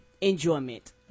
enjoyment